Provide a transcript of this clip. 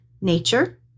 nature